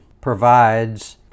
provides